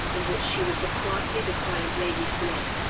in which she was the quietly defiant lady slane.